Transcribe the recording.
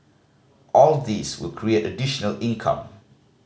all these will create additional income